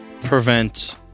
prevent